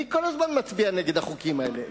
אני כל הזמן מצביע נגד החוקים האלה,